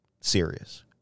serious